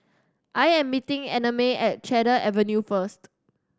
I am meeting Annamae at Cedar Avenue first